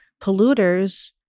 polluters